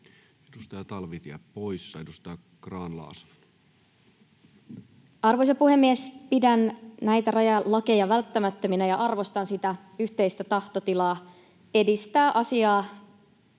muuttamisesta Time: 17:23 Content: Arvoisa puhemies! Pidän näitä rajalakeja välttämättöminä ja arvostan sitä yhteistä tahtotilaa edistää asiaa